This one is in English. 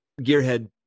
gearhead